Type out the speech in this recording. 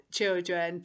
children